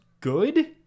good